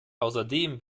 außerdem